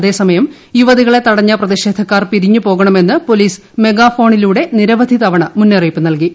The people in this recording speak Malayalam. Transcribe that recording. അതേസമയം യുവതികളെ തടഞ്ഞ പ്രതിഷേധക്കാർ പിരിഞ്ഞുപോകണമെന്ന് പോലീസ് മെഗാഫോണിലൂടെ നിരവധി തവണ മുന്നറിയിപ്പ് നൽകി